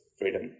freedom